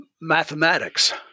mathematics